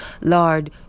Lord